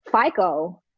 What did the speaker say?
FICO